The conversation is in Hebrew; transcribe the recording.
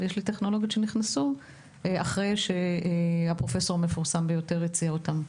ויש טכנולוגיות שנכנסו אחרי שהפרופסור המפורסם ביותר הציע אותן.